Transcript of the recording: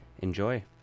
Enjoy